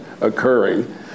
occurring